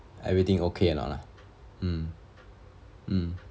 everything okay or not mm mm